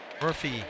Murphy